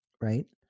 right